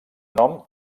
nom